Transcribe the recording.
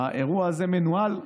האירוע הזה מנוהל.